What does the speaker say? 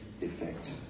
effect